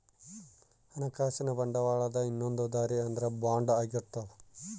ಹಣಕಾಸಿನ ಬಂಡವಾಳದ ಇನ್ನೊಂದ್ ದಾರಿ ಅಂದ್ರ ಬಾಂಡ್ ಆಗಿರ್ತವ